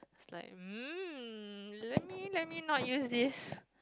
it's like mm let me let me not use this